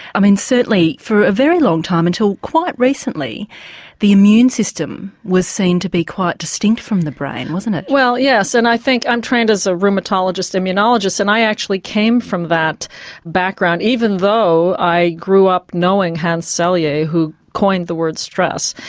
i mean certainly for a very long time, until quite recently the immune system was seen to be quite distinct from the brain, wasn't it? well yes and i think i'm trained as a rheumatologist immunologist and i actually came from that background, even though i grew up knowing hans selye who coined the word stress.